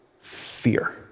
fear